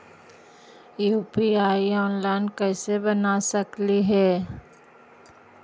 UPI online कैसे बना सकली हे?